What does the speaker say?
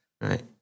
Right